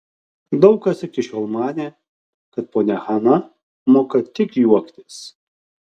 daug kas iki šiol manė kad ponia hana moka tik juoktis